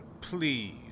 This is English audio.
Please